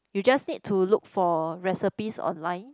you just need to look for recipes online